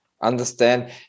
understand